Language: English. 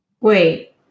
Wait